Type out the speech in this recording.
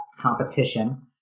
competition